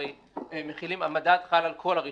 הרי המדד חל על כל הרישיונות.